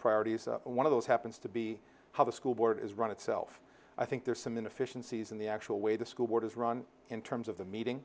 priorities one of those happens to be how the school board is run itself i think there's some inefficiencies in the actual way the school board is run in terms of the meeting